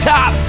Top